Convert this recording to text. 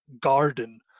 garden